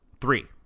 Three